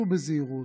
סעו בזהירות,